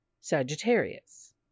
Sagittarius